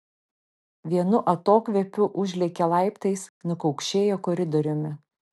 vienu atokvėpiu užlėkė laiptais nukaukšėjo koridoriumi